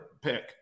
pick